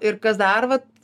ir kas dar vat